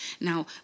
Now